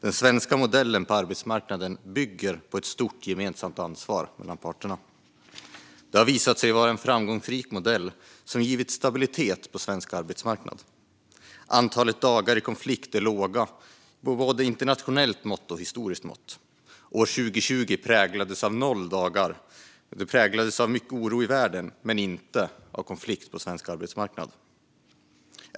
Den svenska modellen på arbetsmarknaden bygger på ett stort gemensamt ansvar mellan parterna. Det har visat sig vara en framgångsrik modell som gett stabilitet på svensk arbetsmarknad. Antalet dagar i konflikt är lågt i både internationella och historiska mått. År 2020 präglades av mycket oro i världen men inte av konflikter på arbetsmarknaden i Sverige - noll dagar.